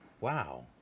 wow